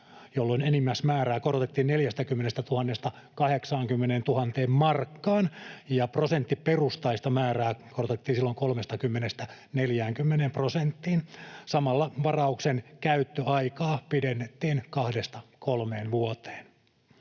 jolloin enimmäismäärää korotettiin 40 000:sta 80 000 markkaan, ja prosenttiperustaista määrää korotettiin silloin 30:stä 40 prosenttiin. Samalla varauksen käyttöaikaa pidennettiin kahdesta